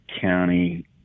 county